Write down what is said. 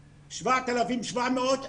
7,700,